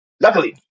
Luckily